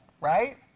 right